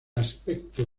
aspecto